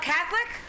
Catholic